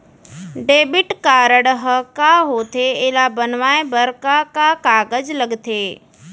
Debit card ह का होथे एला बनवाए बर का का कागज लगथे?